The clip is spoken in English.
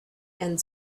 and